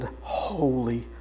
holy